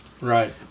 Right